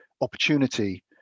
opportunity